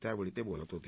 त्यावेळी ते बोलत होते